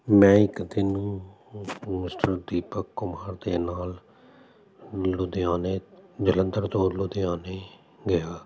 ਮੈਂ ਇੱਕ ਦਿਨ ਮਿਸਟਰ ਦੀਪਕ ਕੁਮਾਰ ਦੇ ਨਾਲ ਲੁਧਿਆਣੇ ਜਲੰਧਰ ਤੋਂ ਲੁਧਿਆਣੇ ਗਿਆ